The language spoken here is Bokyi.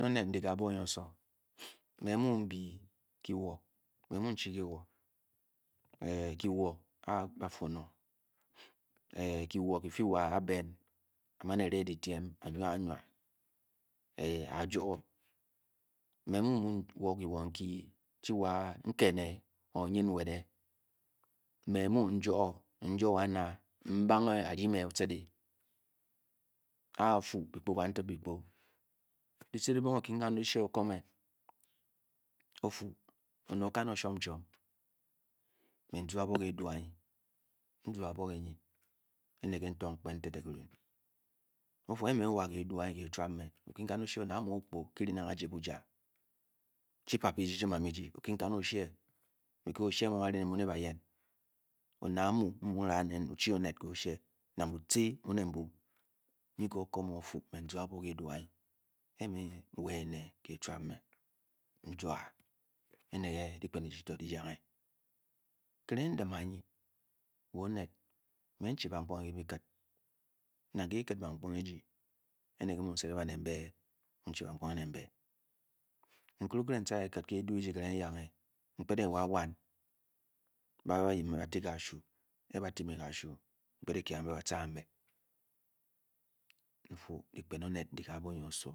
Dikpèn onet ndi ke a'bwo osowo me mu' bi ki'wo me mu'chi kii wo,é kiwó kifi wa' a'ben a. ma'n ere didyme anua-anug a'juo me. mu'wo. kiwōn nki chi wa'nke'ne o'nyn nwete me. mu'ojuo. njuo wa na'. mbange. a'ryi nee o-chete a'fu bi kpu kantakbi kpu dyil dabonge o-kitchen o-shea o'koome ófu onet o'kan'o shwom chwom me. oʒu abuó ke n'tung g'pen' te'te' kivan ofu ke'me wa ke'eduu anyi ke chiwap me' o-ki-kaii o-shea onet a'mu'okpu kiryi nang aje bujan. o'net a'mu chi-papa eji chi mama eji o'kin-kan o-shee onet a'mu nang bull mu'ne-mu nyi ke o'ko me ofu me uzu abuo ke' edu'u a'nyi eme wa'eme ke chwap me n'juo a' ene'ke' dikpen eji di yangé kyi raing naim a'nyi wa' ohet me n-chi bankpuuge ke kiket nang ke kékét bankpuuge eje ene ke mu'seden kai mbe-okire okire u'cha ke-edu'u eji kira'ng eȳange mpedeng wa' wan ba yip me'ba'ti ka'sha a'ba'ti me ka'shu mkpet kanbe bácé a'mbé ufu dikpen onet ndi ke abuo osowo.